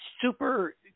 super